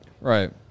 Right